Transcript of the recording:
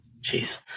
Jeez